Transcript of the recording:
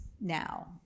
now